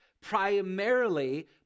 primarily